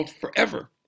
forever